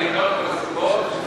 דקות כדי למנות את הסיבות מדוע לא,